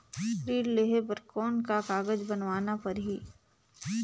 ऋण लेहे बर कौन का कागज बनवाना परही?